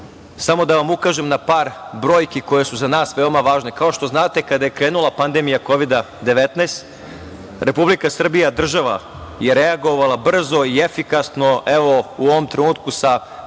samo da vam ukažem na par brojki koje su za nas veoma važne. Kao što znate, kada je krenula pandemija Kovida -19, Republika Srbija, država, je reagovala brzo i efikasno, evo, u ovom trenutku, sa